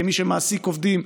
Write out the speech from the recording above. כמי שמעסיק עובדים,